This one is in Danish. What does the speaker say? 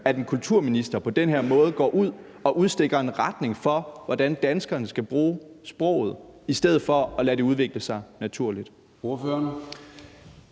at en kulturminister på den her måde går ud og udstikker en retning for, hvordan danskerne skal bruge sproget, i stedet for at lade det udvikle sig naturligt?